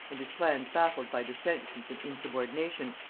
and his plans baffled by dissentions and insubordination,